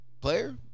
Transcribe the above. player